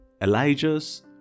Elijah's